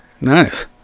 Nice